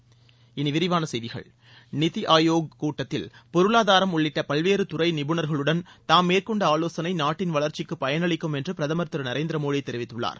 இனி விரிவான செய்திகள் நித்தி ஆயோக் கூட்டத்தில் பொருளாதாரம் உள்ளிட்ட பல்வேறு துறை நிபுணர்களுடன் தாம் மேற்கொண்ட ஆலோசனை நாட்டின் வளர்ச்சிக்கு பயன் அளிக்கும் என்று பிரதமர் திரு நரேந்திர மோடி தெரிவித்துள்ளார்